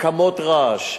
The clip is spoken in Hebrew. הקמות רעש.